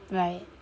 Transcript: right